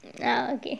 oh okay